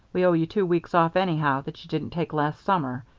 we owe you two weeks off, anyhow, that you didn't take last summer.